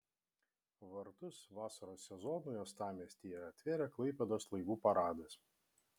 vartus vasaros sezonui uostamiestyje atvėrė klaipėdos laivų paradas